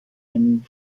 einen